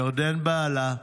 ירדן, בעלה,